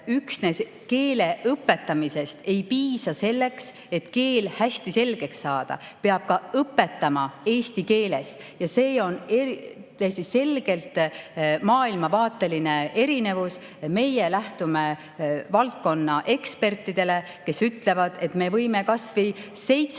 üksnes keele õpetamisest ei piisa, vaid selleks, et keel hästi selgeks saada, peab ka õpetama eesti keeles. See on täiesti selgelt maailmavaateline erinevus. Meie lähtume valdkonna ekspertidest, kes ütlevad, et me võime kas